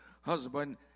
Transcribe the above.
husband